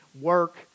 work